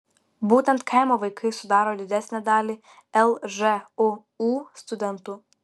būtent kaimo vaikai sudaro didesnę dalį lžūu studentų